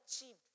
achieved